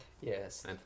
Yes